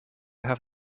have